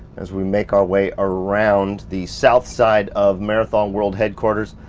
as we make our way around the south side of marathon world headquarters.